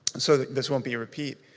so this won't be a repeat.